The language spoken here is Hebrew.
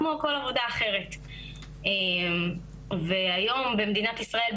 כמו כל עבודה אחרת והיום במדינת ישראל,